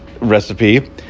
recipe